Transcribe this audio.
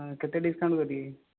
ହଁ କେତେ ଡିସକାଉଣ୍ଟ ଦେବି